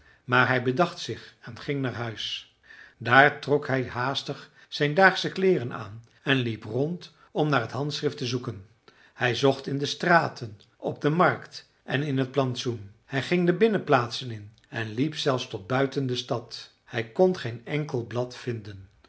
maar hij bedacht zich en ging naar huis daar trok hij haastig zijn daagsche kleeren aan en liep rond om naar het handschrift te zoeken hij zocht in de straten op de markt en in het plantsoen hij ging de binnenplaatsen in en liep zelfs tot buiten de stad hij kon geen enkel blad vinden